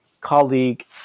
colleague